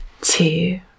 two